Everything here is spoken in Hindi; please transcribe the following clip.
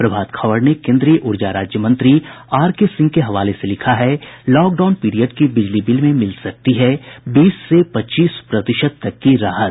प्रभात खबर ने केंद्रीय ऊर्जा राज्य मंत्री आर के सिंह के हवाले से लिखा है लॉकडाउन पीरियड की बिजली बिल में मिल सकती है बीस से पच्चीस प्रतिशत तक की राहत